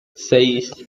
seis